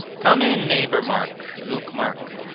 come in, neighbour mark, luke mark.